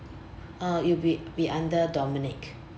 uh it will be be under dominic